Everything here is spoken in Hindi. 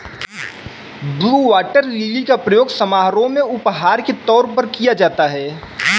ब्लू वॉटर लिली का प्रयोग समारोह में उपहार के तौर पर किया जाता है